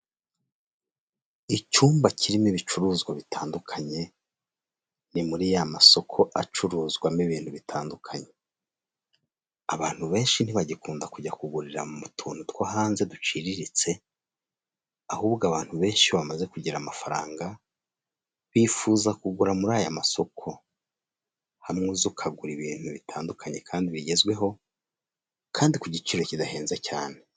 Icyumba kirimo ibicuruzwa bitandukanye, ni muri ya masoko acuruzwamo ibintu bitandukanye, abantu benshi ntibagikunda kujya kugurira mu tuntu two hanze duciriritse, ahubwo abantu benshi iyo bamaze kugira amafaranga, bifuza kugura muri aya masoko, hamwe uza ukagura ibintu bitandukanye kandi bigezweho, kandi ku giciro kidahenze cyane.